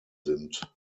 sind